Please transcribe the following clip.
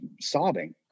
sobbing